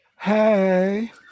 Hey